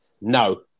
No